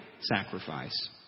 sacrifice